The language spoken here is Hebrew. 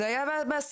זה היה בסביבה,